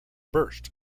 burst